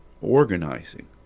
organizing